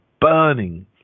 burning